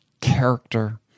character